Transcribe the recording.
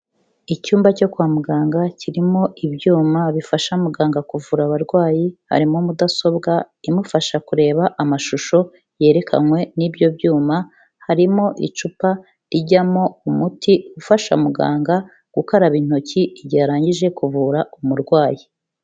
Icyumba cyo kwa muganga kirimo ibyuma bifasha muganga kuvura abarwayi, harimo mudasobwa imufasha kureba amashusho yerekanwe n'ibyo byuma, harimo icupa rijyamo umuti ufasha muganga gukaraba intoki igihe arangije kuvura umurwayi.